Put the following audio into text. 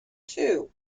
two